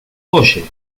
oye